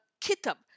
Kitab